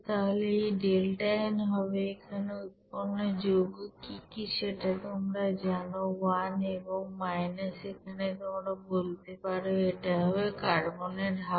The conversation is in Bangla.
তাহলে এই ডেল্টা n হবে এখানে উৎপন্ন যৌগ কি কি সেটা তোমরা জানো 1 এবং এখানে তোমরা বলতে পারো এটা হবে কার্বনের অর্ধেক